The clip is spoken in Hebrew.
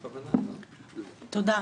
תודה.